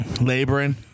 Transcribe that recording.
Laboring